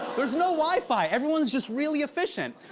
there's no wi-fi. everyone is just really efficient.